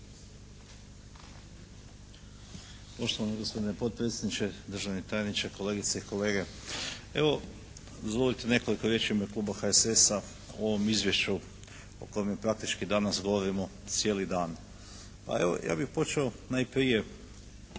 Poštovani gospodine potpredsjedniče, državni tajniče, kolegice i kolege. Evo, dozvolite nekoliko riječi u ime Kluba HSS-a o ovom izvješću o kojem praktički danas govorimo cijeli dan. Pa evo, ja bih počeo najprije